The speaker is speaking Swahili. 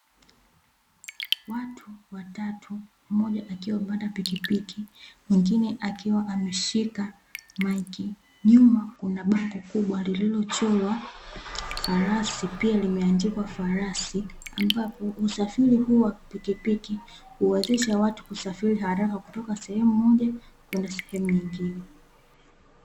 Watu watatu mmoja akiwa amepanda pikipiki, mwingine akiwa ameshika maiki nyuma kunabango kubwa lililochorwa farasi pia, limeandikwa farasi ambapo usafiri huu wa pikipiki, huwezesha watu kusafiri haraka kutoka sehemu moja kwenda sehemu nyingine.